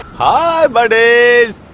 hi, buddies.